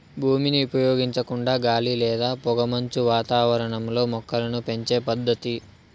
భూమిని ఉపయోగించకుండా గాలి లేదా పొగమంచు వాతావరణంలో మొక్కలను పెంచే పద్దతి